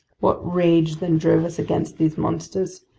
what rage then drove us against these monsters!